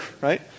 right